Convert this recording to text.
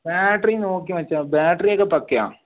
battery നോക്കി മച്ചാ ബാറ്റെറിയൊക്കെ പക്കയാണ്